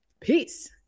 Peace